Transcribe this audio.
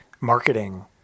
marketing